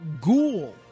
ghoul